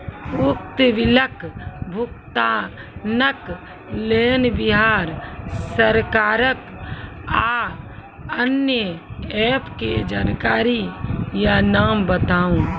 उक्त बिलक भुगतानक लेल बिहार सरकारक आअन्य एप के जानकारी या नाम बताऊ?